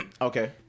okay